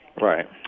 Right